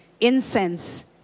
Incense